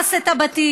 הרס את הבתים,